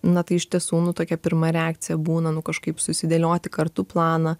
na tai iš tiesų nu tokia pirma reakcija būna nu kažkaip susidėlioti kartu planą